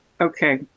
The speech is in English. Okay